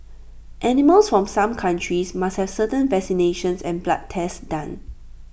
animals from some countries must have certain vaccinations and blood tests done